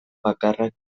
bakarrak